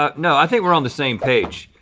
ah no, i think we're on the same page.